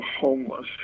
homeless